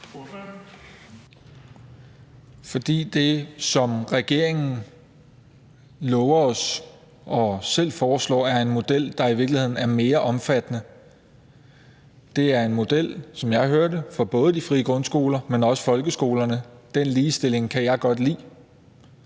fordi det, som regeringen lover og selv foreslår, er en model, der i virkeligheden er mere omfattende. Det er, som jeg hører det, en model for både de frie grundskoler, men også folkeskolerne. Den ligestilling kan jeg godt lide,